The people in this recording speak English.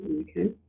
Okay